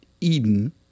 Eden